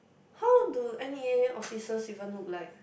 how do N_E_A officers even look like